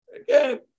Again